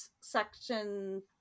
section